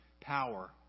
power